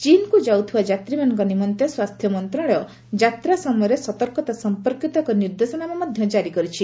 ଚୀନ୍କୁ ଯାଉଥିବା ଯାତ୍ରୀମାନଙ୍କ ନିମନ୍ତେ ସ୍ୱାସ୍ଥ୍ୟ ମନ୍ତ୍ରଣାଳୟ ଯାତ୍ରା ସମୟରେ ସତର୍କତା ସମ୍ପର୍କିତ ଏକ ନିର୍ଦ୍ଦେଶନାମା ଜାରି କରିଛି